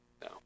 no